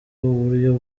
uburyo